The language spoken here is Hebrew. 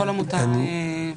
השאלה היא,